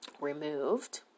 removed